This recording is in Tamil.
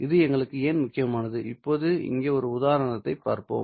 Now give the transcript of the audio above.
இது எங்களுக்கு ஏன் முக்கியமானது இப்போது இங்கே ஒரு உதாரணத்தைப் பார்ப்போம்